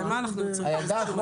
הרי מה אנחנו יוצרים פה,